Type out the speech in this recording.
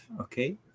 Okay